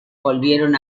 volvieron